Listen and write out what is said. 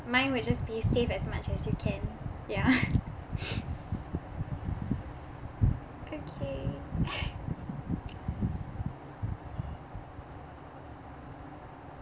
mine would just be save as much as you can ya okay